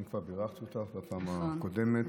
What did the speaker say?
אני כבר בירכתי אותך בפעם הקודמת.